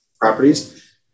properties